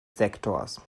sektors